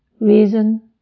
reason